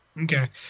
Okay